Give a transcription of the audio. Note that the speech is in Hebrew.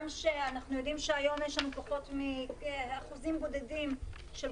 אנחנו יודעים שהיום יש לנו אחוזים בודדים של